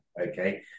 okay